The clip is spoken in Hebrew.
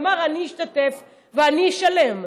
ואמר: אני אשתתף ואני אשלם.